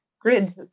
grid